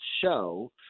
show